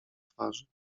twarzy